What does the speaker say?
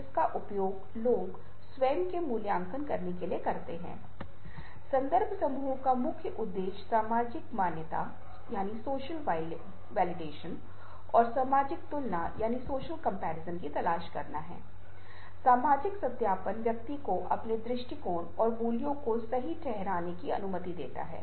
हम इससे आगे बढ़ सकते हैं जैसा कि मैंने आपके साथ साझा किया है और यदि आप शोले के इस उदाहरण को देख रहे हैं जिसका अर्थ है एक जलता हुआ कोयला आप आग का तत्व देख सकते हैं आग का रूपक बहुत विशिष्ट रूप से टाइपोग्राफी के इस उदाहरण में प्रस्तुत किया गया है